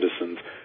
citizens